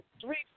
three